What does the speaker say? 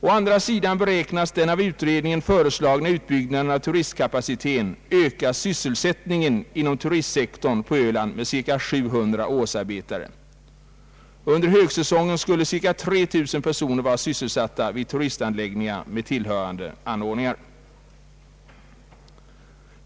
Å andra sidan beräknas den av utredningen föreslagna utbyggnaden av turistkapaciteten öka sysselsättningen inom turistsektorn på öland med cirka 700 årsarbetare. Under högsäsongen skulle cirka 3 000 personer vara sysselsatta vid turistanläggningar med tillhörande anordningar.